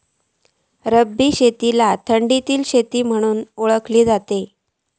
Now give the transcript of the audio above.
रब्बी शेतीक थंडीतली शेती म्हणून पण ओळखतत